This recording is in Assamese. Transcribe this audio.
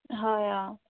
হয় অঁ